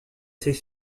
ses